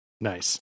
Nice